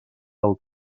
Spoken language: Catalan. del